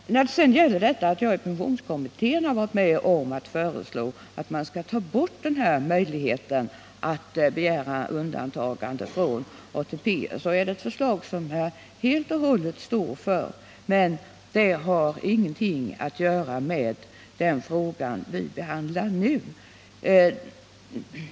Alt jag i pensionskommittén har varit med om att föreslå att man skall ta bort möjligheten att begära undantag från ATP står jag helt och hållet för, men det har ingenting att göra med den fråga som vi nu behandlar.